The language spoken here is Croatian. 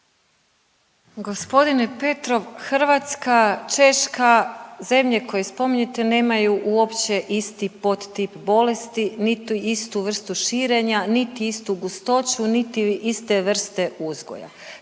Gospodine Petrov Hrvatska, Češka, zemlje koje spominjete nemaju uopće isti podtip bolesti, niti istu vrstu širenja, niti istu gustoću, niti iste vrste uzgoja.